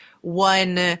one